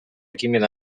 ekimen